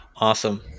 Awesome